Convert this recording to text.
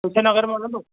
विजय नगर में हलंदो